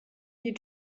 you